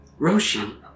Roshi